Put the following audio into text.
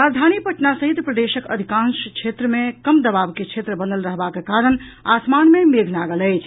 राजधानी पटना सहित प्रदेशक अधिकांश क्षेत्र मे कम दवाब के क्षेत्र बनल रहबाक कारण आसमान मे मेघ लागल अछि